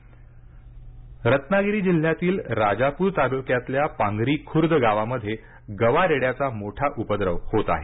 गव्यांचा उपद्रव रत्नागिरी जिल्ह्यातील राजापूर तालुक्यातल्या पांगरीखूर्द गावामध्ये गवा रेड्याचा मोठा उपद्रव होत आहे